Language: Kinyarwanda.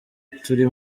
turi